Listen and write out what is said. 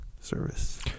service